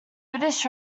british